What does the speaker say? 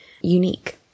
unique